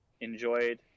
enjoyed